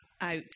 out